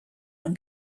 own